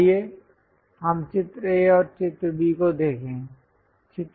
आइए हम चित्र A और चित्र B को देखें